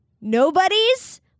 Nobody's